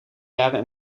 jaren